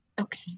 Okay